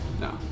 No